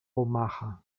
omaha